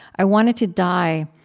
i wanted to die,